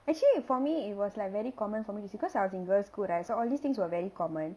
actually for me it was like very common for me it's because I was in girl's school right so all these things were very common